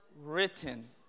written